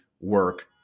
work